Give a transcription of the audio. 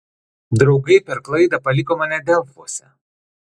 draugai per klaidą paliko mane delfuose